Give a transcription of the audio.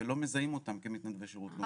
ולא מזהים אותם כמתנדבים בשירות לאומי.